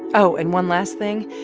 oh, and one last thing.